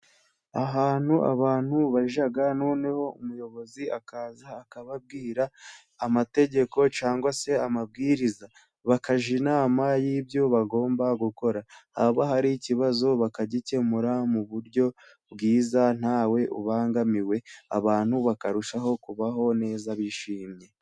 Ahantu abantu bajya noneho umuyobozi akaza akababwira amategeko cyangwa se amabwiriza, bakajya inama y'ibyo bagomba gukora, haba hari ikibazo bakagikemura mu buryo bwiza ntawe ubangamiwe, abantu bakarushaho kubaho neza bishimye.